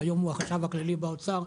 שהיום הוא החשב הכללי באוצר,